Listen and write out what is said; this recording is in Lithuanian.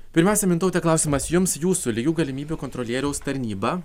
pirmiausia mintaute klausimas jums jūsų lygių galimybių kontrolieriaus tarnyba